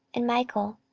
and michael,